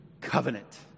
covenant